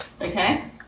Okay